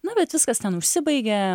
na bet viskas ten užsibaigė